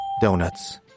donuts